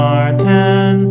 Martin